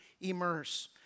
immerse